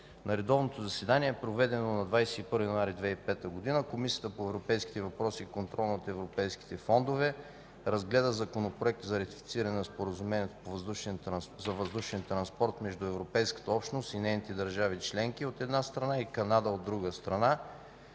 На редовно заседание, проведено на 21 януари 2015 г., Комисията по европейските въпроси и контрол на европейските фондове разгледа Законопроект за ратифициране на Споразумение за въздушен транспорт между Европейската общност и нейните държави членки, от една страна, и Канада, от друга страна,